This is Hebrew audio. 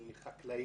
אני חקלאי.